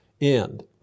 end